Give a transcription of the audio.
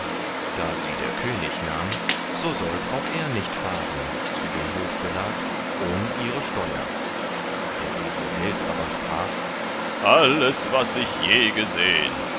da sie der könig nahm so sollt auch er nicht fahren zu dem hofgelag ohn ihre steuer der edle held aber sprach alles was ich je gesehn